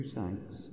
thanks